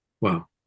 Wow